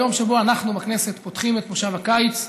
היום שבו אנחנו בכנסת פותחים את מושב הקיץ,